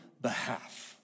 behalf